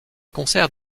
concerts